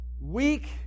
weak